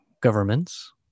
governments